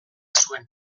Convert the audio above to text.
zuen